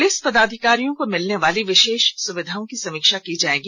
police पदाधिकारियों को मिलने वाली विशेष सुविधाओं की समीक्षा की जाएगी